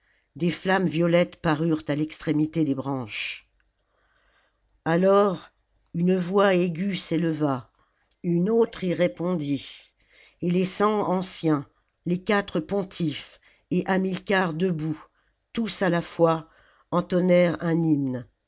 des flammes violettes parurent à l'extrémité des branches alors une voix aiguë s'éleva une autre y répondit et les cent anciens les quatre pontifes et hamilcar debout tous à la fois entonnèrent un hymne